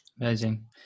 Amazing